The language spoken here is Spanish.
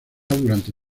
durante